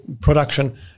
production